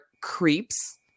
creeps